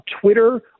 Twitter